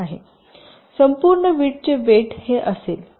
संपूर्ण विड्थ चे वेट हे असेल